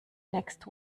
next